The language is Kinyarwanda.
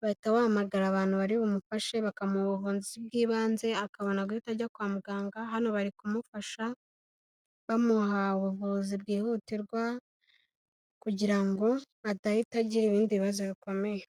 bahita bahamagara abantu baribumufashe, bakamuha ubuvunzi bw'ibanze, akabona guhita ajya kwa muganga. Hano bari kumufasha, bamuha ubuvuzi bwihutirwa kugira ngo adahita agira ibindi bibazo bikomeye.